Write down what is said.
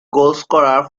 goalscorer